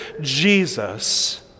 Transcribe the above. Jesus